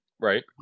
Right